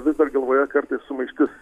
vis dar galvoje kartais sumaištis